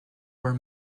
were